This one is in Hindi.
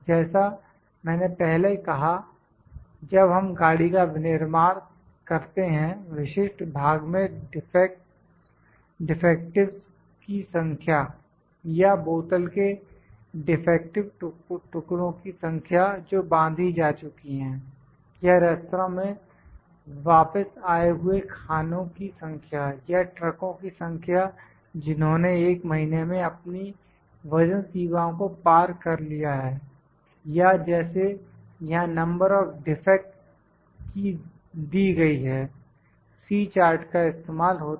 जैसा मैंने पहले कहा जब हम गाड़ी का विनिर्माण करते हैं विशिष्ट भाग में डिफेक्टिवस् की संख्या या बोतल के डिफेक्टिव टुकड़ों की संख्या जो बांधी जा चुकी है या रेस्त्रां में वापस आए हुए खानों की संख्या या ट्रकों की संख्या जिन्होंने 1 महीने में अपनी वजन सीमा को पार कर लिया है या जैसे यहां नंबर ऑफ डिफेक्ट्स दी गई है C चार्ट का इस्तेमाल होता है